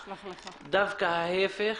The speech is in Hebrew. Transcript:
ההפך.